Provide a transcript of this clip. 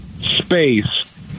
space